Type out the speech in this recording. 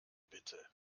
bitte